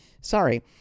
Sorry